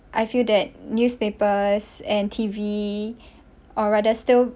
I feel that newspapers and T_V or rather still